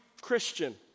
Christian